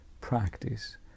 practice